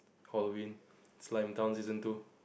Halloween it's lion town season two